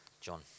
John